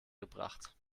gebracht